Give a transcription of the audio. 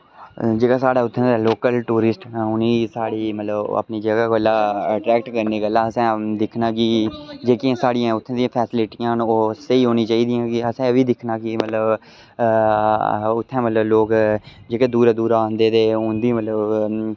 जेह्का साढ़ा उत्थे लोकल टूरिस्ट न उनें साढ़ी मतलव अपनी जगह् मतलव अट्रैक्ट करने गल्ले असें दिखनां की जेह्कियां साढ़ियां उत्थें दियां दियां फैसिलटियां न ओह् सेही होनियां चाहीदियां की असें एह् बी दिखना की मतलव उत्थैं मतलव लोक जेह्के दूरा दूरा औंदे ते उंदी मतलव रौंह्ने गल्ला